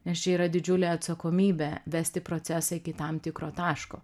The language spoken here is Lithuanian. nes čia yra didžiulė atsakomybė vesti procesą iki tam tikro taško